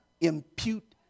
impute